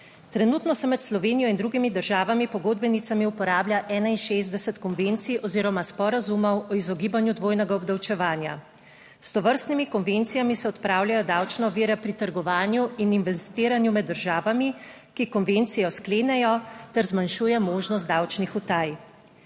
Trenutno se med Slovenijo in drugimi državami pogodbenicami uporablja 61 konvencij oziroma sporazumov o izogibanju dvojnega obdavčevanja. S tovrstnimi konvencijami se odpravljajo davčne ovire pri trgovanju in investiranju med državami, ki konvencijo sklenejo, ter zmanjšuje možnost davčnih utaj.